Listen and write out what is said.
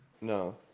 No